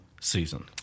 season